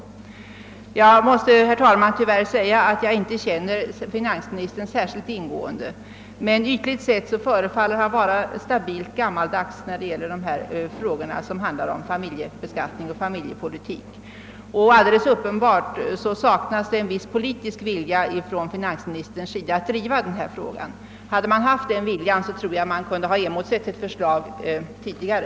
Jag måste, herr talman, tyvärr säga att jag inte känner finansministern sär skilt väl. Men ytligt sett förefaller han vara stabilt gammaldags när det gäller sådant som rör familjebeskattningen och familjepolitiken. Alldeles uppenbart saknar också finansministern politisk vilja att driva denna fråga. Hade han haft denna vilja, tror jag att vi hade kunnat emotse ett förslag tidigare.